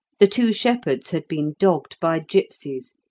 the two shepherds had been dogged by gipsies,